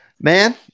Man